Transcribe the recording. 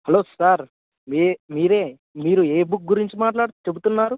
hello sir మీరే మీరు ఏ బుక్ గురించి చెబుతున్నారు